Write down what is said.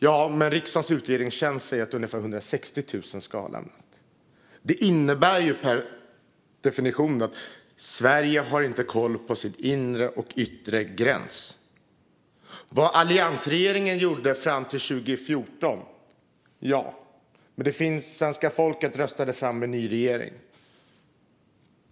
Ja, men riksdagens utredningstjänst säger att ungefär 160 000 skulle ha lämnat. Det innebär per definition att Sverige inte har koll på sin inre och yttre gräns. Det är en sak vad alliansregeringen gjorde fram till 2014. Men svenska folket röstade fram en ny regering.